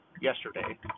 yesterday